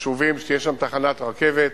יישובים שתהיה שם תחנת רכבת